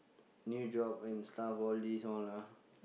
new job and stuff all this all lah